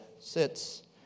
sits